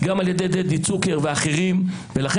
גם על ידי דדי צוקר ואחרים,